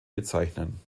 bezeichnen